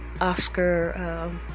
oscar